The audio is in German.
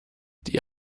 die